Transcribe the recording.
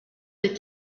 des